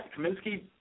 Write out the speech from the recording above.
Kaminsky